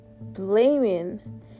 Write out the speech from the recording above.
blaming